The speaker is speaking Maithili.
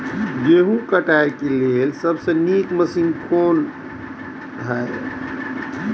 गेहूँ काटय के लेल सबसे नीक मशीन कोन हय?